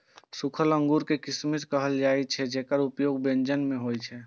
सूखल अंगूर कें किशमिश कहल जाइ छै, जेकर उपयोग व्यंजन मे होइ छै